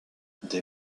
des